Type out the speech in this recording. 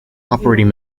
operating